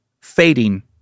fading